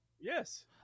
Yes